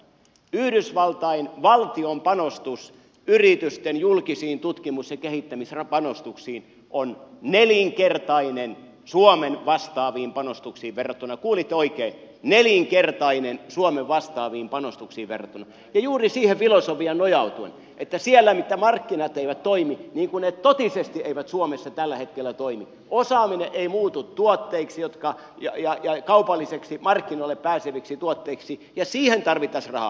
yhdysvaltain valtion panostus yritysten julkisiin tutkimus ja kehittämispanostuksiin on nelinkertainen suomen vastaaviin panostuksiin verrattuna kuulitte oikein nelinkertainen suomen vastaaviin panostuksiin verrattuna ja juuri siihen filosofiaan nojautuen että siellä missä markkinat eivät toimi niin kuin ne totisesti eivät suomessa tällä hetkellä toimi osaaminen ei muutu kaupallisiksi markkinoille pääseviksi tuotteiksi ja siihen tarvittaisiin rahaa